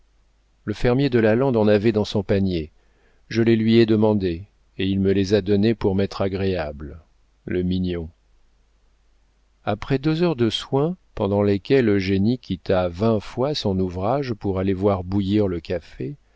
le fermier de la lande en avait dans son panier je les lui ai demandés et il me les a donnés pour m'être agréable le mignon après deux heures de soins pendant lesquelles eugénie quitta vingt fois son ouvrage pour aller voir bouillir le café